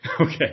Okay